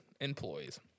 employees